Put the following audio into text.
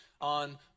on